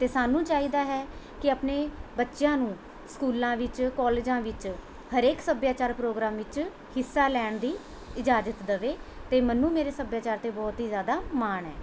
ਅਤੇ ਸਾਨੂੰ ਚਾਹੀਦਾ ਹੈ ਕਿ ਆਪਣੇ ਬੱਚਿਆਂ ਨੂੰ ਸਕੂਲਾਂ ਵਿੱਚ ਕੋਲੇਜਾਂ ਵਿੱਚ ਹਰੇਕ ਸੱਭਿਆਚਾਰ ਪ੍ਰੋਗਰਾਮ ਵਿੱਚ ਹਿੱਸਾ ਲੈਣ ਦੀ ਇਜਾਜ਼ਤ ਦੇਵੇ ਅਤੇ ਮੈਨੂੰ ਮੇਰੇ ਸੱਭਿਆਚਾਰ 'ਤੇ ਬਹੁਤ ਹੀ ਜ਼ਿਆਦਾ ਮਾਣ ਹੈ